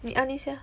你按一下